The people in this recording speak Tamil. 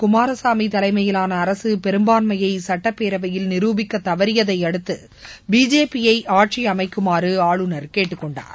குமாரசாமி தலைமையிலான அரசு பெரும்பான்மையை சட்டப்பேரவையில் நிருபிக்க தவறியதை அடுத்து பிஜேபியை ஆட்சியமைக்குமாறு ஆளுநர் கேட்டுக் கொண்டார்